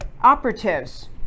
operatives